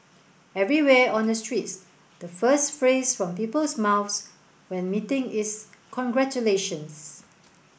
everywhere on the streets the first phrase from people's mouths when meeting is congratulations